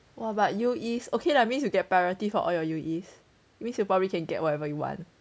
!wah! but U_E okay lah means you get priority for all your U_E means you probably can get whatever you want